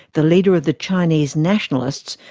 the leader of the chinese nationalists,